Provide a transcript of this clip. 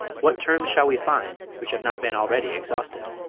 what terms shall we find which have not been already exhausted?